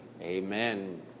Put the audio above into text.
Amen